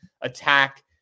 attack